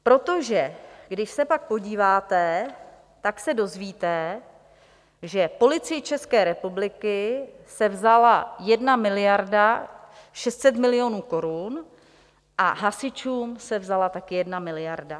Protože když se pak podíváte, tak se dozvíte, že Policii České republiky se vzala 1 miliarda 600 milionů korun a hasičům se vzala taky jedna miliarda.